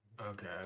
okay